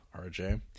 RJ